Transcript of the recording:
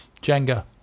Jenga